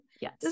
Yes